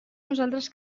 nosaltres